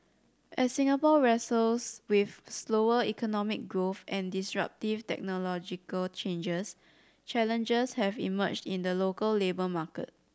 as Singapore wrestles with slower economic growth and disruptive technological changes challenges have emerged in the local labour market